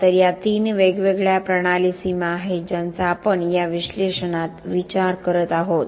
तर या तीन वेगवेगळ्या प्रणाली सीमा आहेत ज्यांचा आपण या विश्लेषणात विचार करत आहोत